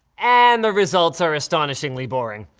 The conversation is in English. and the results are astonishingly boring.